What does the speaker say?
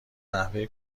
نحوه